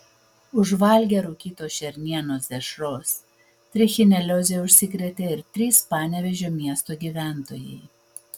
užvalgę rūkytos šernienos dešros trichinelioze užsikrėtė ir trys panevėžio miesto gyventojai